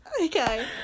Okay